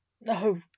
No